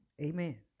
Amen